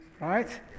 Right